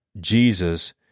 Jesus